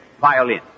violin